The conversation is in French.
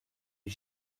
est